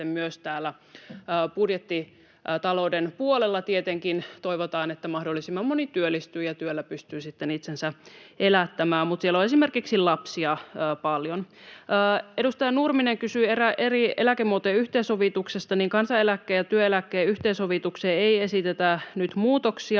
budjettitalouden puolella. Tietenkin toivotaan, että mahdollisimman moni työllistyy ja työllä pystyy sitten itsensä elättämään, mutta siellä on esimerkiksi lapsia paljon. Edustaja Nurminen kysyi eri eläkemuotojen yhteensovituksesta. Kansaneläkkeen ja työeläkkeen yhteensovitukseen ei esitetä nyt muutoksia,